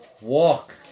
walk